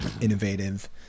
innovative